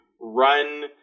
run